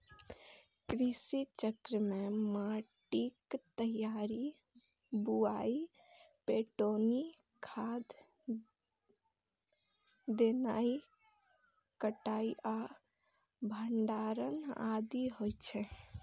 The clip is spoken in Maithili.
कृषि चक्र मे माटिक तैयारी, बुआई, पटौनी, खाद देनाय, कटाइ आ भंडारण आदि होइ छै